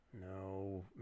No